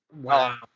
Wow